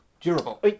durable